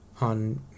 on